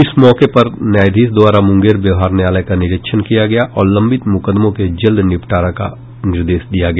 इस मौके पर न्यायाधीश द्वारा मुंगेर व्यवहार न्यायालय का निरीक्षण किया गया और लंवित मुकदमों के जल्द निबटारा का निर्देश दिया गया